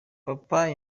papa